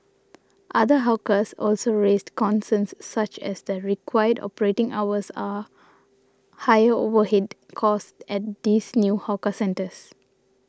other hawkers also raised concerns such as the required operating hours are higher overhead costs at these new hawker centres